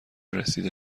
رسید